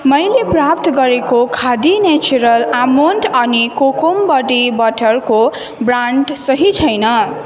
मैले प्राप्त गरेको खादी नेचरल आमोन्ड अनि कोकुमबडी बटरको ब्रान्ड सही छैन